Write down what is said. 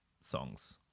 songs